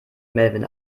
melvin